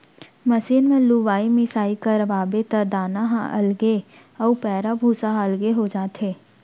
machine म लुवाई मिसाई करवाबे त दाना ह अलगे अउ पैरा भूसा ह अलगे हो जाथे